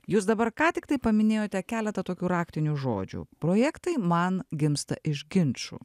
jūs dabar ką tiktai paminėjote keletą tokių raktinių žodžių projektai man gimsta iš ginčų